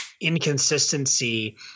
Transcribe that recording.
inconsistency